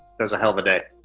it was a hell of a day.